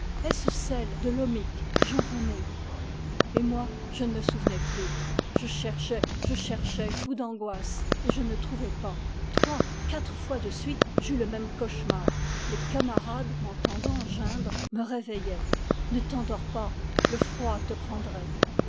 celle de lom mic jean rené b et moi je ne me souvenais plus je cherchais je cherchais fou d'angoisse et je ne trouvais pas trois quatre fois de suite j'eus le même cauchemar les camarades m'entendant geindre me réveillaient ne t'endors pas le froid te prendrait